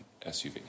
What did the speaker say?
SUV